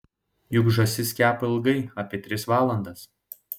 juk žąsis kepa ilgai apie tris valandas